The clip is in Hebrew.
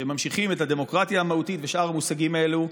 שממשיכים את "הדמוקרטיה המהותית" ושאר המושגים האלה.